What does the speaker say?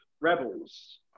Rebels